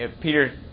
Peter